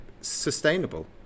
sustainable